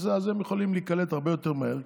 יכול להיקלט הרבה יותר מהר,